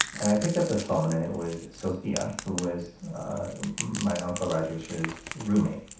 and i picked up the phone, and it was sophia who was my uncle rajesh's roommate.